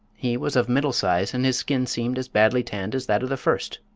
he was of middle size and his skin seemed as badly tanned as that of the first.